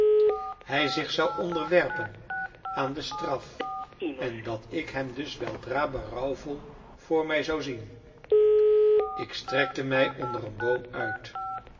hij zich zou onderwerpen aan de straf en dat ik hem dus weldra berouwvol voor mij zou zien ik strekte mij onder een boom uit